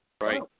Right